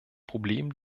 problem